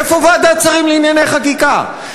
איפה ועדת שרים לענייני חקיקה?